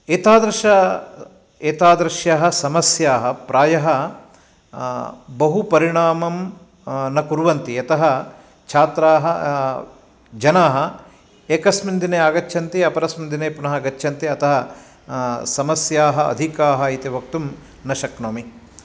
एतादृश एतादृशसमस्याः प्रायः बहु परिणामं न कुर्वन्ति यतः छात्राः जनाः एकस्मिन् दिने आगच्छन्ति अपरस्मिन् दिने पुनः गच्छन्ति अतः समस्याः अधिकाः इति वक्तुं न शक्नोमि